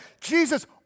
Jesus